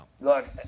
Look